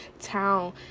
town